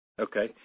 Okay